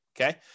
okay